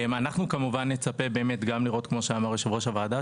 כמו שאמר יושב-ראש הוועדה,